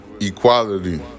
equality